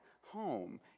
home